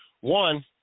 One